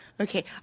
Okay